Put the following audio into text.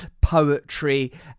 poetry